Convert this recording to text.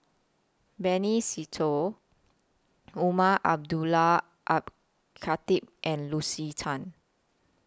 Benny Se Teo Umar Abdullah Al Khatib and Lucy Tan